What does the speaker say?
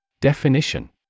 Definition